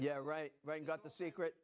yeah right right you got the secret